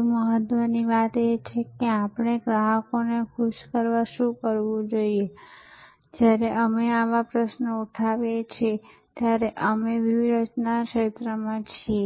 વ્યૂહરચનાનું માર્ગદર્શન કરશે